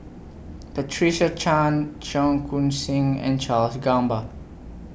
Patricia Chan Cheong Koon Seng and Charles Gamba